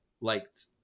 liked